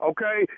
Okay